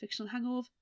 fictionalhangover